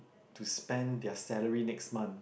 to spend their salary next month